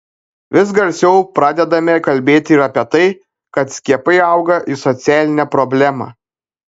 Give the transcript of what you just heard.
vis garsiau pradedame kalbėti ir apie tai kad skiepai auga į socialinę problemą